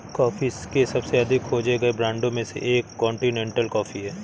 coffee के सबसे अधिक खोजे गए ब्रांडों में से एक कॉन्टिनेंटल कॉफ़ी है